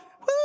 Woo